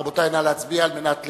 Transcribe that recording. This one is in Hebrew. רבותי, נא להצביע על מנת להשתתף.